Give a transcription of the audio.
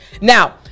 Now